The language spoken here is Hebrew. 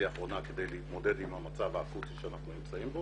האחרונות כדי להתמודד עם המצב האקוטי בו אנחנו נמצאים.